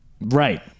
Right